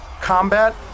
combat